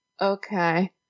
Okay